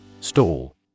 Stall